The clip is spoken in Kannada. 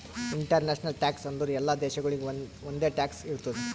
ಇಂಟರ್ನ್ಯಾಷನಲ್ ಟ್ಯಾಕ್ಸ್ ಅಂದುರ್ ಎಲ್ಲಾ ದೇಶಾಗೊಳಿಗ್ ಒಂದೆ ಟ್ಯಾಕ್ಸ್ ಇರ್ತುದ್